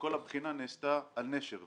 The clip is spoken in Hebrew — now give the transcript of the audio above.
וכל הבחינה נעשתה על "נשר",